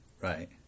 Right